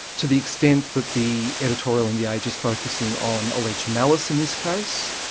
to the extent that the editorial in the age is focusing on alleged malice in this case,